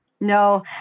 no